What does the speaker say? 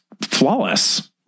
flawless